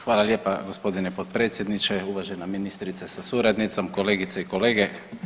Hvala lijepa gospodine potpredsjedniče, uvažena ministrice sa suradnicom, kolegice i kolege.